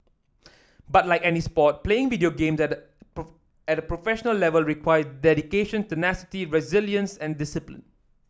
but like any sport playing video games at the at a professional level require dedication tenacity resilience and discipline